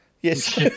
Yes